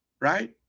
right